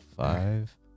Five